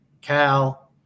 Cal